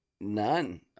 None